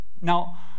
Now